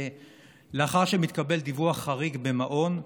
לאחר שמתקבל דיווח חריג במעון,